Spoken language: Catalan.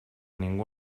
ningú